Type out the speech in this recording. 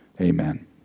amen